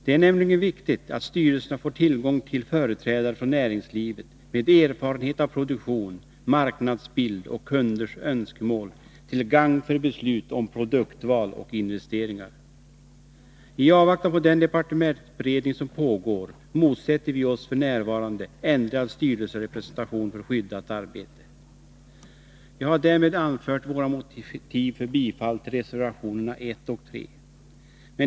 Det är nämligen viktigt att styrelserna får tillgång till företrädare för näringslivet med erfarenhet av produktion, marknadsbild och kunders önskemål till gagn för beslut om produktval och investeringar. I avvaktan på den departementsberedning som pågår motsätter vi oss f. n. ändrad styrelserepresentation för skyddat arbete, och jag har härmed anfört våra motiv för bifall till reservationerna 1 och 3.